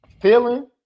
feeling